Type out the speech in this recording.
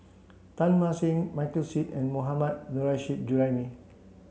Teng Mah Seng Michael Seet and Mohammad Nurrasyid Juraimi